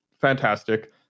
fantastic